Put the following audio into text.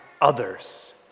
others